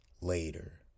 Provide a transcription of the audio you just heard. later